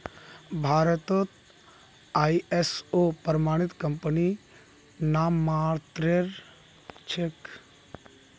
भारतत आई.एस.ओ प्रमाणित कंपनी नाममात्रेर छेक